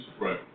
right